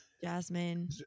Jasmine